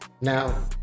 Now